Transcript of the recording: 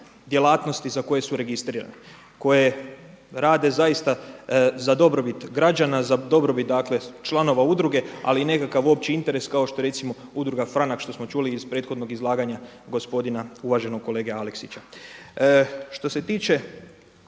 djelatnosti za koje su registrirane koje rade zaista za dobrobit građana, za dobrobit članova udruge ali i nekakav opći interes kao što je recimo Udruga Franak što smo čuli iz prethodnog izlaganja gospodina uvaženog kolege Aleksića. Što se tiče